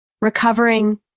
Recovering